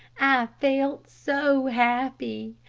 i felt so happy.